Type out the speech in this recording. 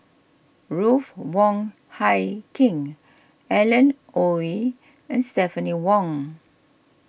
Ruth Wong Hie King Alan Oei and Stephanie Wong